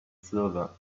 silver